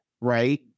right